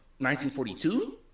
1942